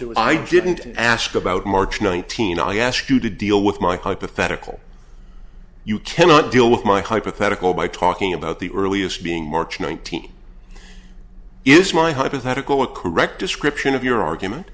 it i didn't ask about march nineteen i ask you to deal with my hypothetical you cannot deal with my hypothetical by talking about the earliest being march nineteenth is my hypothetical a correct